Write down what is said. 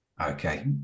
Okay